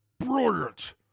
Brilliant